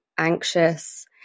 anxious